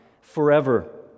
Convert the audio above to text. forever